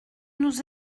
nous